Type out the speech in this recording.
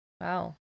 wow